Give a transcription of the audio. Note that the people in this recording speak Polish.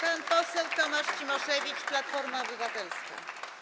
Pan poseł Tomasz Cimoszewicz, Platforma Obywatelska.